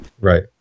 right